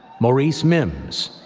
maurice mimms,